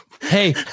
Hey